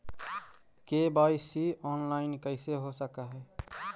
KYC online कैसे हो सक है?